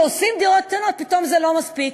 כשעושים דירות קטנות פתאום זה לא מספיק.